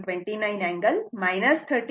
29 angle 36